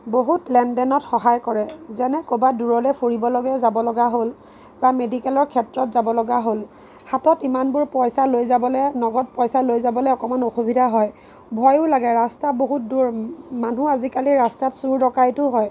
বহুত লেনদেনত সহায় কৰে যেনে ক'ৰবাত দূৰলৈ ফুৰিবলৈকে যাব লগা হ'ল বা মেডিকেলৰ ক্ষেত্ৰত যাব লগা হ'ল হাতত ইমানবোৰ পইচা লৈ যাবলৈ নগদ পইচা লৈ যাবলৈ অকণমান অসুবিধা হয় ভয়ো লাগে ৰাস্তা বহুত দূৰ মানুহ আজিকালি ৰাস্তাত চুৰ ডকাইতো হয়